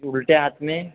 उल्टे हाथ में